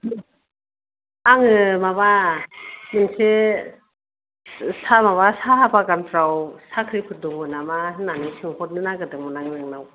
आङो माबा मोनसे साहा बागानफोराव साख्रिफोर दङ नामा होननानै सोंहरनो नागिरदोंमोन आं नोंनाव